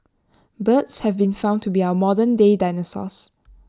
birds have been found to be our modernday dinosaurs